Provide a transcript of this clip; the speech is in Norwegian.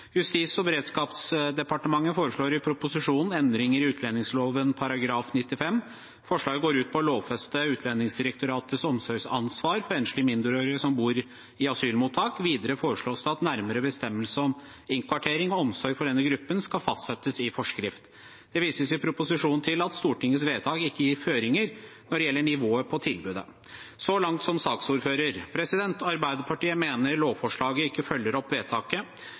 Justis- og beredskapsdepartementet foreslår i proposisjonen endringer i utlendingsloven § 95. Forslaget går ut på å lovfeste Utlendingsdirektoratets omsorgsansvar for enslige mindreårige som bor i asylmottak. Videre foreslås det at nærmere bestemmelse om innkvartering og omsorg for denne gruppen skal fastsettes i forskrift. Det vises i proposisjonen til at Stortingets vedtak ikke gir føringer når det gjelder nivået på tilbudet. Så langt som saksordfører. Arbeiderpartiet mener lovforslaget ikke følger opp vedtaket.